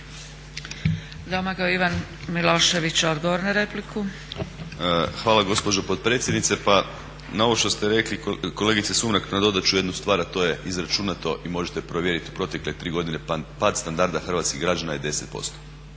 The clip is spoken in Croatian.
Hvala gospođo potpredsjednice. Pa na ovo što ste rekli kolegice Sumrak nadodat ću jednu stvar, a to je izračunato i možete provjeriti, u protekle tri godine pad standarda hrvatskih građana je 10%.